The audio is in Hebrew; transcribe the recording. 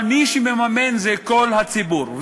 אבל מי שמממן זה כל הציבור.